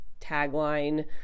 tagline